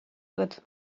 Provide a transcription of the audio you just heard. agat